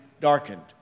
darkened